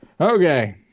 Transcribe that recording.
Okay